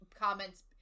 comments